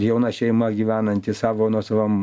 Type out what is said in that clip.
jauna šeima gyvenanti savo nuosavam